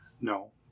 No